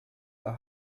the